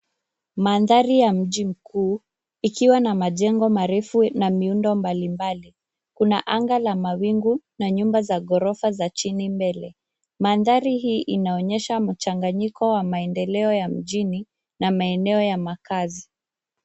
Mandhari ya mji mkuu, ikiwa na majengo marefu na miundo mbalimbali. Kuna anga la mawingu na nyumba za ghorofa za chini mbele. Mandhari hii inaonyesha mchanganyiko wa maendeleo ya mjini na maeneo ya makazi.